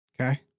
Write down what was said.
Okay